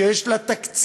שיש לה תקציב,